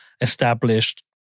established